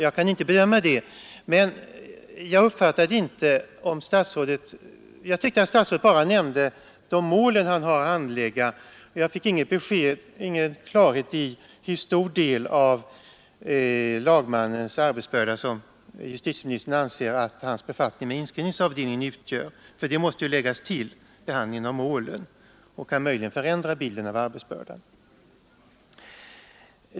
Jag kan inte bedöma den saken, men jag tyckte att statsrådet bara nämnde de mål lagmannen har att handlägga. Jag fick ingen klarhet i hur stor del av lagmannens arbetsbörda som justitieministern anser att hans befattning med inskrivningsavdelningen utgör. Det måste ju läggas till behandlingen av målen och kan möjligen förändra bilden av hans arbetsbörda.